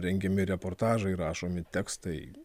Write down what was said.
rengiami reportažai rašomi tekstai